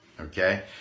Okay